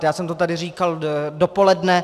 Já jsem to tady říkal dopoledne.